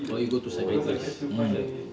or you go to psychiatrist